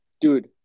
Dude